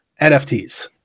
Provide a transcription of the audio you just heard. NFTs